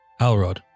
Alrod